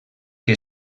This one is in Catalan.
que